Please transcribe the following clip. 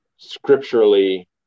scripturally